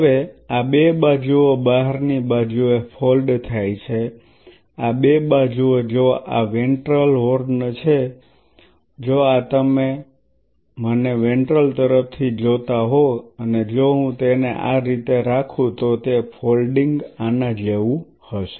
હવે આ બે બાજુઓ બહારની બાજુએ ફોલ્ડ થાય છે આ બે બાજુઓ જો આ વેન્ટ્રલ હોર્ન છે જો આ તમે મને વેન્ટ્રલ તરફથી જોતા હોવ અને જો હું તેને આ રીતે રાખું તો તે ફોલ્ડિંગ આના જેવું હશે